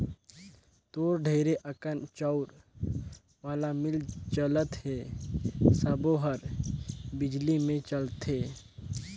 तोर ढेरे अकन चउर वाला मील चलत हे सबो हर बिजली मे चलथे